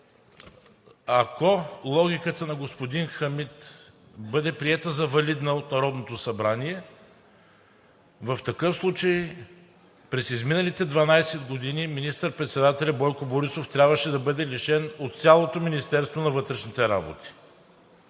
Ако логиката на господин Хамид бъде приета за валидна от Народното събрание, в такъв случай през изминалите 12 години министър-председателят Бойко Борисов трябваше да бъде лишен от цялото Министерство на вътрешните работи.